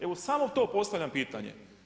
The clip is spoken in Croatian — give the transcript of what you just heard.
Evo samo to postavljam pitanje.